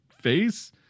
face